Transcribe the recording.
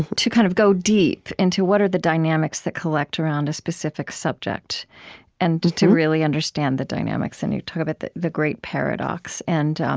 to kind of go deep into, what are the dynamics that collect around a specific subject and to really understand the dynamics. and you talk about the the great paradox. and um